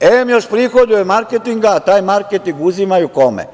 em još prihoduju od marketinga, a taj marketing uzimaju kome?